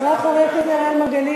אחריו, חבר הכנסת אראל מרגלית,